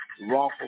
wrongful